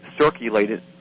circulated